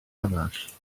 arall